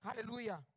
Hallelujah